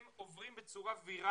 הם עוברים בצורה ויראלית